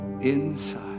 Inside